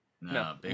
no